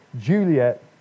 Juliet